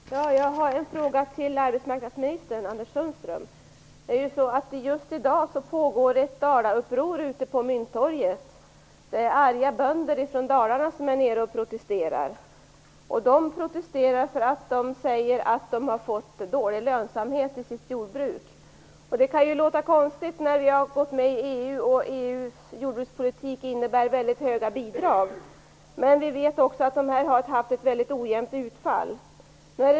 Fru talman! Jag har en fråga till arbetsmarknadsminister Anders Sundström. Just i dag pågår ett Dalauppror ute på Mynttorget. Det är arga bönder från Dalarna som protesterar mot att de har fått dålig lönsamhet i sitt jordbruk. Det kan låta konstigt nu när vi har gått med i EU och EU:s jordbrukspolitik innebär väldigt höga bidrag. Men vi vet också att dessa har haft ett väldigt ojämnt utfall.